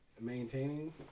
Maintaining